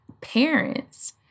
parents